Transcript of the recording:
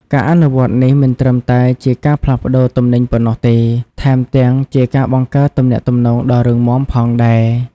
ការអនុវត្តនេះមិនត្រឹមតែជាការផ្លាស់ប្តូរទំនិញប៉ុណ្ណោះទេ ថែមទាំងជាការបង្កើតទំនាក់ទំនងដ៏រឹងមាំផងដែរ។